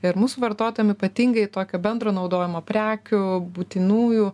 ir mūsų vartotojam ypatingai tokio bendro naudojimo prekių būtinųjų